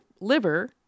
liver